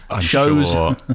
shows